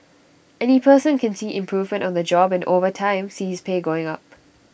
any person can see improvement on the job and over time see his pay going up